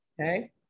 okay